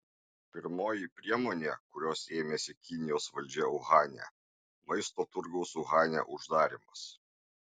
pirmoji priemonė kurios ėmėsi kinijos valdžia uhane maisto turgaus uhane uždarymas